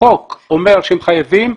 החוק אומר שהם חייבים,